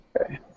Okay